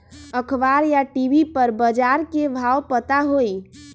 अखबार या टी.वी पर बजार के भाव पता होई?